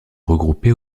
regroupées